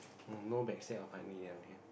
no back sat of